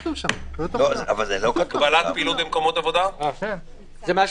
בתוקף סמכותה לפי סעיפים 4, 8 ו- 23